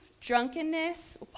drunkenness